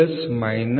898 minus 0